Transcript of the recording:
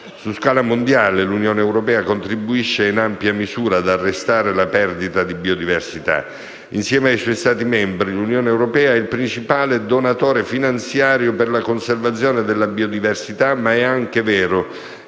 Su scala mondiale, l'Unione europea contribuisce in ampia misura ad arrestare la perdita di biodiversità. Insieme ai suoi Stati membri, l'Unione europea è il principale donatore finanziario per la conservazione della biodiversità, ma è anche vero